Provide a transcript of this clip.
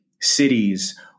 cities